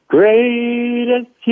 Greatest